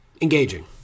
engaging